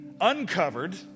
uncovered